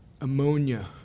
ammonia